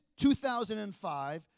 2005